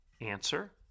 Answer